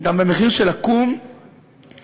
גם במחיר של לקום מהכיסא,